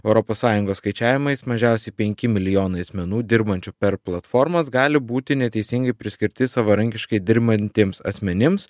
europos sąjungos skaičiavimais mažiausiai penki milijonai asmenų dirbančių per platformas gali būti neteisingai priskirti savarankiškai dirbantiems asmenims